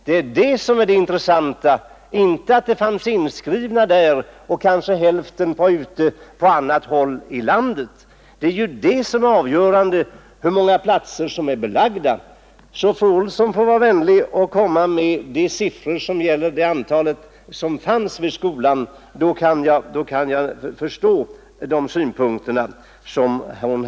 Det är det som är det intressanta; inte hur många det fanns inskrivna där, om kanske hälften av dem var ute på annat håll i landet. Det avgörande är hur många platser som är belagda. Fru Olsson får vara vänlig att nämna siffran som anger antalet elever som fanns vid skolan — då kan jag kanske bättre förstå hennes synpunkter.